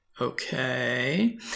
Okay